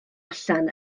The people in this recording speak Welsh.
allan